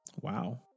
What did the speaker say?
Wow